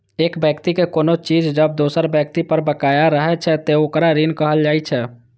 एक व्यक्ति के कोनो चीज जब दोसर व्यक्ति पर बकाया रहै छै, ते ओकरा ऋण कहल जाइ छै